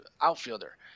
outfielder